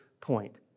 point